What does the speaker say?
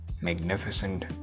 magnificent